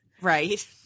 right